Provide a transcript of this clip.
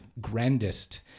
grandest